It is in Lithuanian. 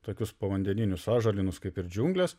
tokius povandeninius sąžalynus kaip ir džiungles